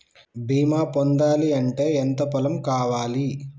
బీమా పొందాలి అంటే ఎంత పొలం కావాలి?